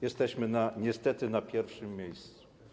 Jesteśmy niestety na pierwszym miejscu.